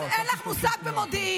אז אין לך מושג במודיעין.